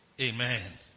Amen